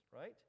right